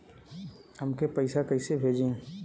हमके पैसा कइसे भेजी?